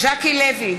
ז'קי לוי,